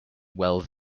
well